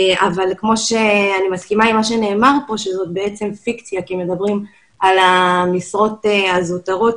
אנחנו מדי שנה מוסיפים כמות אקדמאיים בלתי מבוטלת שלא מביישת אף מגזר.